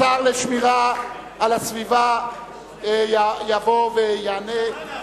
השר לשמירה על הסביבה יבוא ויענה.